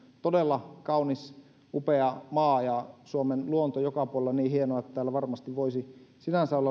todella kaunis upea maa ja suomen luonto joka puolella niin hienoa että täällä varmasti voisi sinänsä olla